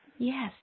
Yes